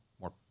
more